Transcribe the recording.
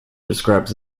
describes